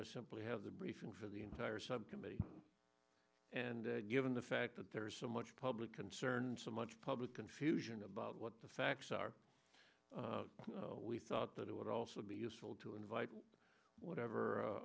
to simply have the briefing for the entire subcommittee and given the fact that there's so much public concern so much public confusion about what the facts are we thought that it would also be useful to invite whatever or